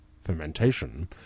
Fermentation